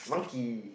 monkey